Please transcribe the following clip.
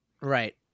Right